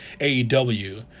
AEW